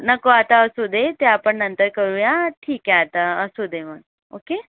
नको आता असू दे ते आपण नंतर करू या ठीक आहे आता असू दे मग ओके